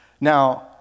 Now